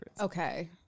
Okay